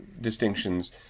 distinctions